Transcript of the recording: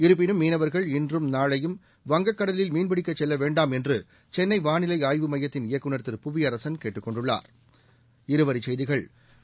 இருப்பினும் மீனவர்கள் இன்றும்நாளையும் வங்கக்கடலில் மீன்பிடிக்கச் செல்ல வேண்டாம் என்று சென்னை வானிலை ஆய்வு மையத்தின் இயக்குநர் திரு புவியரசன் கேட்டுக் கொண்டாா்